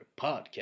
podcast